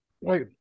Wait